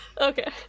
Okay